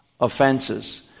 offenses